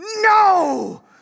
No